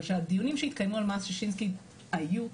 אבל כשהדיונים שהתקיימו על מס שישינסקי היו,